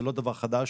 זה לא דבר חדש,